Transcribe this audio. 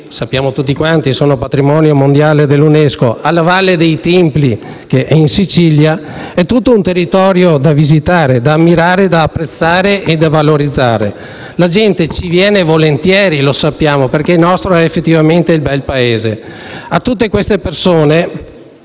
sappiamo tutti quanti, sono Patrimonio mondiale dell'Unesco - alla Valle dei Templi in Sicilia, c'è tutto un territorio da visitare, da ammirare, da apprezzare e da valorizzare. La gente viene volentieri in Italia, lo sappiamo, perché il nostro è effettivamente il Belpaese. A tutta questa gente,